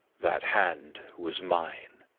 that hand was mine.